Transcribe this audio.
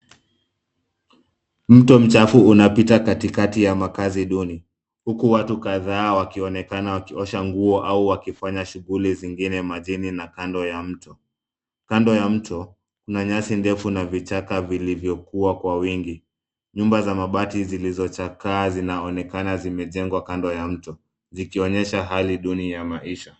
Mto mchafu unapita katikati ya makazi duni huku watu kadhaa wakionekana wakiosha nguo au wakifanya shughuli zingine majini na kando ya mto. Kando ya mto kuna nyasi ndefu na vichaka vilivyokua kwa wingi. Nyumba za mabati zilizochakaa zinaonekana zimejengwa kando ya mto zikionyesha hali nduni ya maisha.